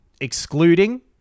excluding